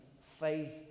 faith